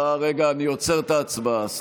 אני עוצר את ההצבעה.